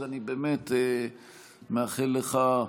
אז אני באמת מאחל לך,